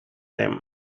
them